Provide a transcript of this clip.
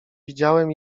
widziałem